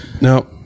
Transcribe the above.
Now